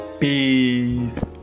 peace